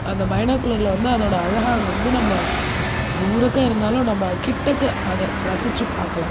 அந்த பைனாகுலரில் வந்து அதோடய அழகான வந்து நம்ம தூரக்க இருந்தாலும் நம்ம கிட்டக்க அதை ரசிச்சு பார்க்கலாம்